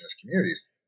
communities